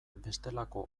bestelako